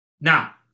Now